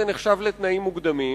זה נחשב לתנאים מוקדמים,